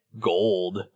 gold